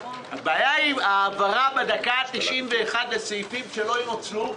הבעיה היא העברה בדקה ה-91 לסעיפים שלא ינוצלו,